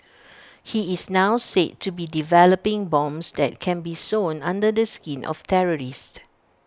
he is now said to be developing bombs that can be sewn under the skin of terrorists